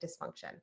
dysfunction